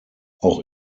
auch